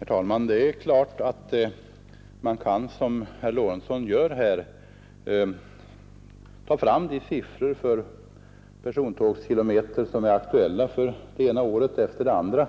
Herr talman! Det är klart att man, som herr Lorentzon gör här, kan ta fram siffror för antalet persontågskilometer för det ena året efter det andra.